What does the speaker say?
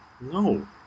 no